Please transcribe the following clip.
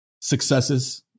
successes